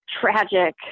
tragic